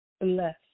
bless